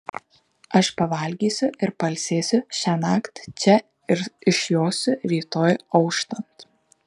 aš pavalgysiu ir pailsėsiu šiąnakt čia ir išjosiu rytoj auštant